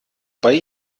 bei